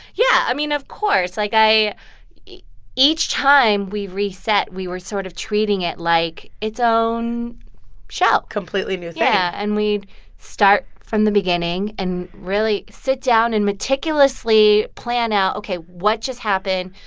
yeah. i mean, of course. like, i each time we reset, we were sort of treating it like its own show completely new thing yeah. and we'd start from the beginning and really sit down and meticulously plan out, ok, what just happened?